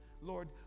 Lord